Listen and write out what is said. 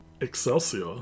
excelsior